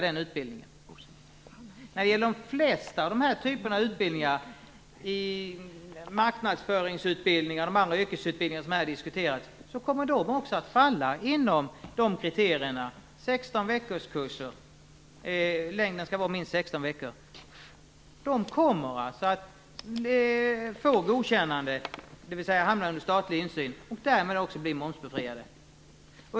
Det gäller de flesta av den här typen av utbildningar. Marknadsföringsutbildning och de andra typer av yrkesutbildningar som här diskuterats kommer också att falla inom kriteriet att längden skall vara minst 16 veckor. De kommer att få godkännande, dvs. hamna under statlig insyn, och därmed också bli momsbefriade.